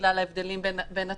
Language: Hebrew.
בגלל ההבדלים בין התוספות,